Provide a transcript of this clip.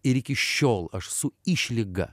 ir iki šiol aš su išlyga